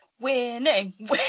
Winning